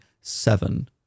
seven